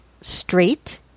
straight